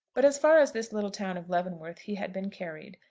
but as far as this little town of leavenworth he had been carried,